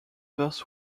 first